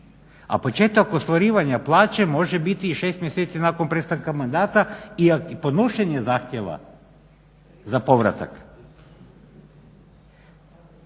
a početak ostvarivanja plaće može biti i 6 mjeseci nakon prestanka mandata i podnošenje zahtjeva za povratak.